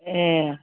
ए